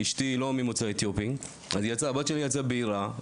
אשתי לא ממוצא אתיופי אז הבת שלי יצאה בהירה.